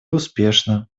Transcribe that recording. успешно